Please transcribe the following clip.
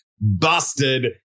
Busted